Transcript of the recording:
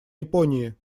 японии